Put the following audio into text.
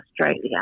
Australia